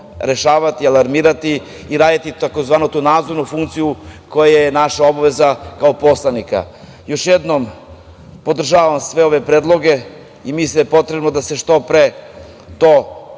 rešavati, alarmirati i raditi tu tzv. nadzornu funkciju koja je naša obaveza kao poslanika. Još jednom, podržavam sve ove predloge i mislim da je potrebno da se što pre to